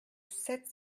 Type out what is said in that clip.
sept